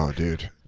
um dude.